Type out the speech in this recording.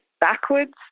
backwards